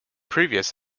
previous